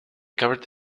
covered